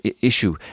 issue